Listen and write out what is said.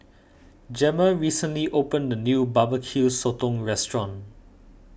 Gemma recently opened a new BBQ Sotong restaurant